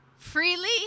Freely